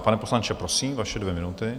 Pane poslanče, prosím, vaše dvě minuty.